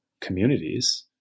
communities